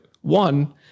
one